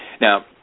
Now